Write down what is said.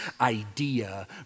idea